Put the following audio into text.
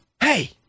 Hey